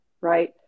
right